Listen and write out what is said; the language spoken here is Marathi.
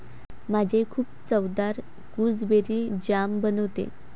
माझी आई खूप चवदार गुसबेरी जाम बनवते